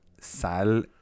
Sal